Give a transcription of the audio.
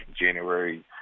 January –